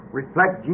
reflect